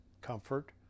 comfort